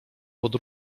pod